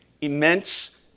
immense